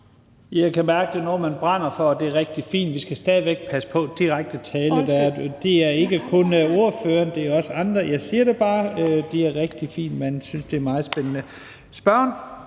Jeg kan mærke, at det er noget, man brænder for, og det er rigtig fint. Vi skal stadig væk passe på med at bruge direkte tiltale. Det er ikke kun ordføreren; det er også andre. Jeg siger det bare. Det er rigtig fint, at man synes, at debatten er meget spændende. Så er